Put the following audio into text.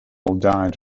died